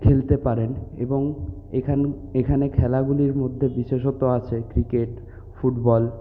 খেলতে পারেন এবং এখানে এখানে খেলাগুলির মধ্যে বিশেষত আছে ক্রিকেট ফুটবল